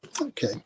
Okay